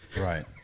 Right